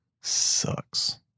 sucks